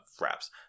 wraps